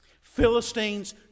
Philistines